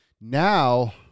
Now